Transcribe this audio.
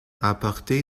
apporté